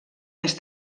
més